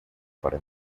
para